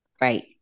Right